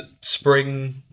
spring